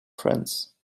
friends